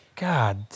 God